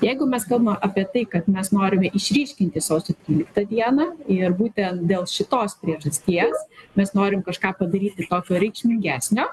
jeigu mes kalbam apie tai kad mes norime išryškinti sausio tryliktą dieną ir būtent dėl šitos priežasties mes norim kažką padaryti tokio reikšmingesnio